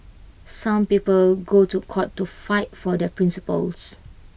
some people go to court to fight for their principles